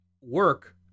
work